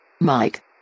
Mike